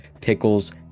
pickles